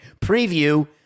Preview